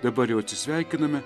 dabar jau atsisveikiname